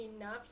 enough